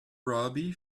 robbie